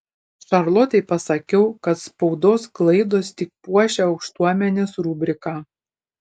šarlotei pasakiau kad spaudos klaidos tik puošia aukštuomenės rubriką